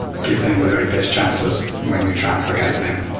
give them the very best chances when we translocate them.